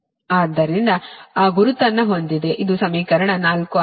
ಆದ್ದರಿಂದ ಆ ಗುರುತನ್ನು ಹೊಂದಿದೆ ಮತ್ತು ಇದು ಸಮೀಕರಣ 4 ಆಗಿದೆ